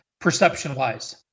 perception-wise